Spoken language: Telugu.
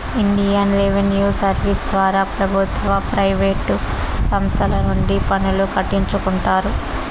ఇండియన్ రెవిన్యూ సర్వీస్ ద్వారా ప్రభుత్వ ప్రైవేటు సంస్తల నుండి పన్నులు కట్టించుకుంటారు